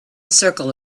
circle